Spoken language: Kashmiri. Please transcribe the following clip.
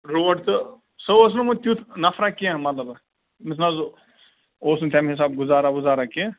روڈ تہٕ سُہ اوس نہٕ وٕ تیُتھ نفرا کینٛہہ مطلب أمِس نہ حظ اوس نہٕ تَمہِ حِسابہٕ گُزارا وُزارا کینٛہہ